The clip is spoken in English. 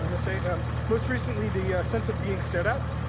um say. and most recently, the sense of being stared at.